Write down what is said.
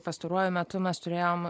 pastaruoju metu mes turėjome